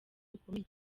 bukomeye